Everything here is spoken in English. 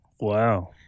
Wow